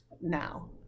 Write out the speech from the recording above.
now